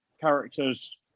characters